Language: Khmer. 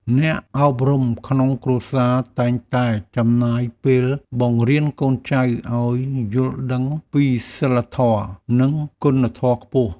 អ្នកអប់រំក្នុងគ្រួសារតែងតែចំណាយពេលបង្រៀនកូនចៅឱ្យយល់ដឹងពីសីលធម៌ និងគុណធម៌ខ្ពស់។